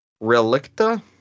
Relicta